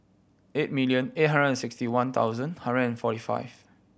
eight million eight hundred and sixty one thousand hundred and forty five